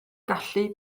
gallu